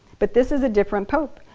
but this is a different pope,